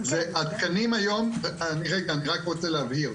והתקנים היום, אני רק רוצה להבהיר,